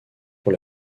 pour